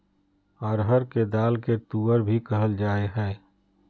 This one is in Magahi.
अरहर के दाल के तुअर भी कहल जाय हइ